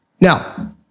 Now